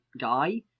guy